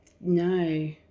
no